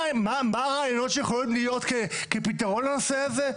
מה הרעיונות שיכולים להיות פתרון לנושא הזה?